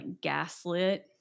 gaslit